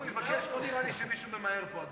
גם אם הוא יבקש, לא נראה לי שמישהו ממהר פה.